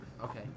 okay